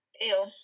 Ew